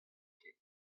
ket